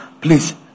Please